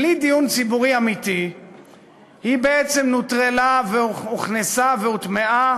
בלי דיון ציבורי אמיתי היא בעצם נוטרלה והוכנסה והוטמעה